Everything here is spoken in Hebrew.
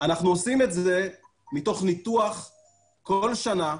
תוך כדי ניהול הסיכון של הפסקות חשמל.